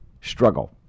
struggle